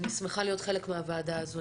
אני שמחה להיות חלק מהוועדה הזו.